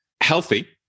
Healthy